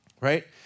right